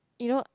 you know